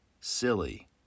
silly